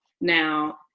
Now